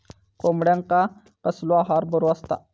कोंबड्यांका कसलो आहार बरो असता?